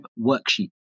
Worksheet